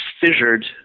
fissured